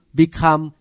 become